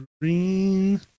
Green